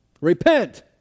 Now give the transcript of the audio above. Repent